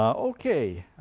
um okay,